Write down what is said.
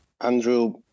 Andrew